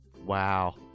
Wow